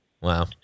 Wow